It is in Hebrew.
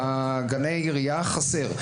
אבל בגני עירייה חסר.